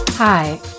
Hi